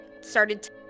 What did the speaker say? started